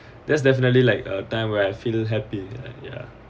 that's definitely like a time where I feel happy ya